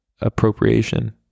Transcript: appropriation